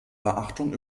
beachtung